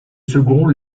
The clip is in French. second